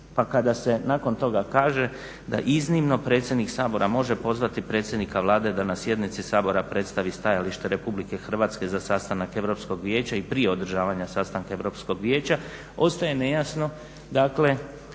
pa kada se nakon toga kaže da iznimno predsjednik Sabora može pozvati predsjednika Vlade da na sjednici Sabora predstavi stajalište Republike Hrvatske za sastanak Europskog vijeća i prije održavanja sastanka Europskog vijeća ostaje nejasno dakle